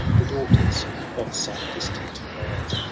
the daughters of some distant land.